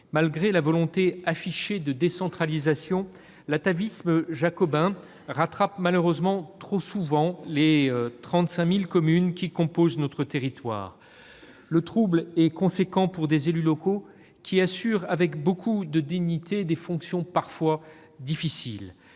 Malgré la volonté affichée de décentralisation, l'atavisme jacobin rattrape malheureusement trop souvent les 35 000 communes qui composent notre territoire. Le trouble est important pour les élus locaux, qui assurent avec beaucoup de dignité des fonctions parfois difficiles.